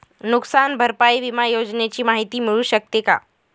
नुकसान भरपाई विमा योजनेची माहिती मिळू शकते का?